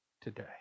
today